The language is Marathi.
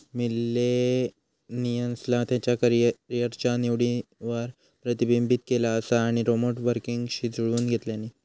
मिलेनियल्सना त्यांच्या करीयरच्या निवडींवर प्रतिबिंबित केला असा आणि रीमोट वर्कींगशी जुळवुन घेतल्यानी